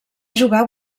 jugar